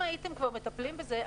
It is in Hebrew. הרי אם הייתם כבר מטפלים בזה,